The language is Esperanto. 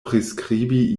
priskribi